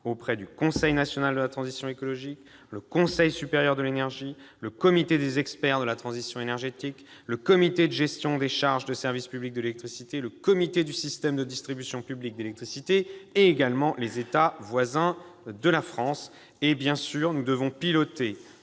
: Conseil national de la transition écologique, Conseil supérieur de l'énergie, Comité d'experts pour la transition énergétique, Comité de gestion des charges de service public de l'électricité, Comité du système de distribution publique d'électricité, mais également États voisins de la France. Bien sûr, nous devons piloter